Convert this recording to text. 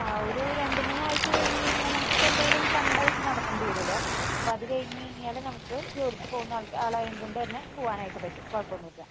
ആ ഒരു രണ്ട് മൂന്നാഴ്ച കഴിഞ്ഞുകഴിഞ്ഞാല് നമുക്കിപ്പോള് എന്തായാലും കണ്ണട വെച്ചു നടക്കേണ്ടി വരുമല്ലോ അപ്പോള് അത് കഴിഞ്ഞുകഴിഞ്ഞാല് നമുക്ക് ജോലിക്ക് പോകുന്ന ആളായത് കൊണ്ടുതന്നെ പോവാനായിട്ട് പറ്റും കുഴപ്പമൊന്നുമില്ല